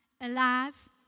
Alive